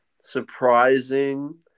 surprising